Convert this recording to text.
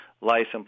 license